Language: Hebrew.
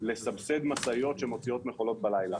לסבסד משאיות שמוציאות מכולות בלילה.